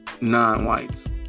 non-whites